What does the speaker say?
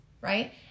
Right